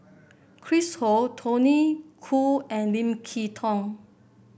Chris Ho Tony Khoo and Lim Kay Tong